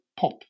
pop